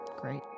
Great